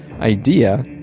idea